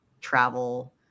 travel